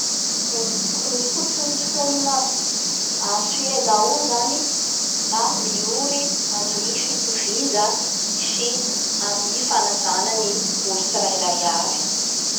Gnolo a Ostrali agny koa zay da fomba fiengandreo agny ny manao serfa aloahan'ny handeha hiasa da manao serfa lafa a natin'ny lera fipetrapetra fihinanan igny manao serfa mirava miasa koa manao serfa, a i misy olo zany tsy da manao anizay vitsivitsy.